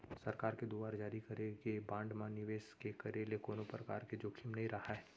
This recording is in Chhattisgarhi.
सरकार के दुवार जारी करे गे बांड म निवेस के करे ले कोनो परकार के जोखिम नइ राहय